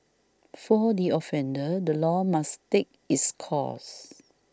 for the offender the law must take its course